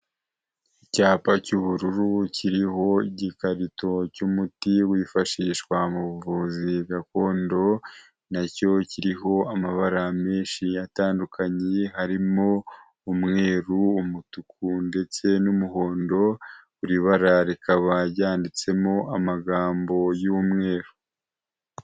Icyapa cy'ubururu kiriho gikarito cy'umuti wifashishwa mu buvuzi gakondo, nacyo kiriho amabara menshi atandukanye harimo umweru, umutuku, ndetse n'umuhondo buri bara rikaba ryanditsemo amagambo y'umweru.